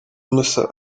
mussa